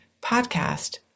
podcast